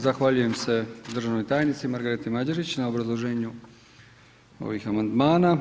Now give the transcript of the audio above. Zahvaljujem se državnoj tajnici Margareti Mađarić na obrazloženju ovih amandmana.